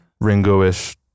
Ringo-ish